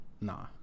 nah